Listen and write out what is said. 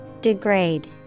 Degrade